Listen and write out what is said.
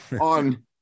on